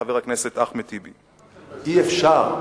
חבר הכנסת אחמד טיבי: אי-אפשר,